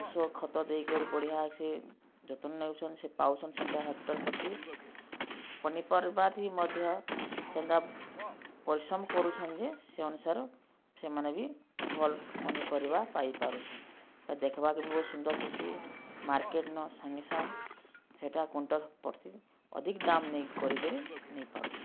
କୃଷକ ଖତ ଦେଇ କରି ବଢ଼ିଆ ସିଏ ଯତ୍ନ ନେଉଛନ୍ ସେ ପାଉଛନ୍ ସେନ୍ତା ହେକ୍ଟର ପ୍ରତି ପନିପରିବା ମଧ୍ୟ ସେନ୍ତା ପରିଶ୍ରମ କରୁଛନ୍ ଯେ ସେ ଅନୁସାରୁ ସେମାନେ ବି ଭଲ ପନିପରିବା ପାଇପାରୁଛନ୍ ସେଟା ଦେଖବାକେ ବି ବହୁତ ସୁନ୍ଦର ଥିସି ମାର୍କେଟ ନ ସାଙ୍ଗେ ସାଙ୍ଗ ସେଟା କୁଇଣ୍ଟାଲ୍ ଅଧିକ ଦାମ ନେଇ କରିକରି ନେଇପାରୁଛନ୍